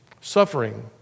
suffering